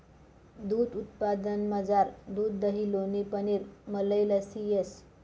दूध उत्पादनमझार दूध दही लोणी पनीर मलई लस्सी येस